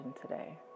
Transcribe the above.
today